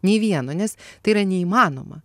nei vieno nes tai yra neįmanoma